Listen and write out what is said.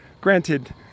granted